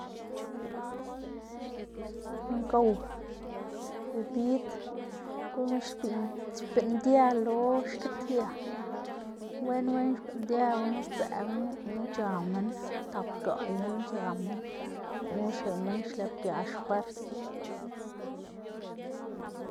ngow, bibid guꞌn xbiꞌn xbiꞌndia lo xkidia, wen wen xbiꞌndia gunu sdzëꞌ gunu lëꞌ gunu c̲h̲a minn, tap gaꞌy gunu c̲h̲a minn. Gunu xneꞌ minn xlëꞌpgia xfwersma.